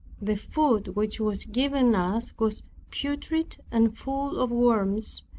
the food which was given us was putrid and full of worms,